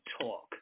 talk